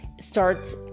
starts